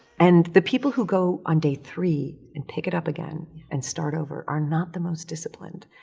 and the people who go on day three and pick it up again and start over are not the most disciplined.